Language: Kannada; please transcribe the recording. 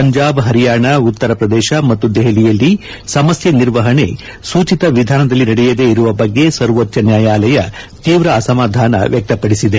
ಪಂಜಾಬ್ ಹರಿಯಾಣ ಉತ್ತರ ಪ್ರದೇಶ ಮತ್ತು ದೆಹಲಿಯಲ್ಲಿ ಸಮಸ್ಯೆ ನಿರ್ವಹಣೆ ಸೂಚಿತ ವಿಧಾನದಲ್ಲಿ ನಡೆಯದೆ ಇರುವ ಬಗ್ಗೆ ಸರ್ವೋಚ್ಚ ನ್ಯಾಯಾಲಯ ತೀವ್ರ ಅಸಮಾಧಾನವನ್ನು ವ್ಯಕ್ತಪಡಿಸಿದೆ